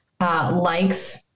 likes